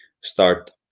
start